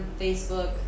Facebook